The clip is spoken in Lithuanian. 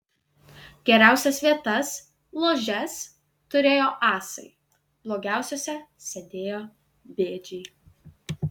geriausias vietas ložes turėjo asai blogiausiose sėdėjo bėdžiai